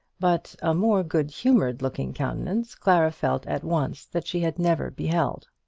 but a more good-humoured looking countenance clara felt at once that she had never beheld.